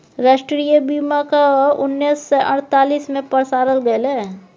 राष्ट्रीय बीमाक केँ उन्नैस सय अड़तालीस मे पसारल गेलै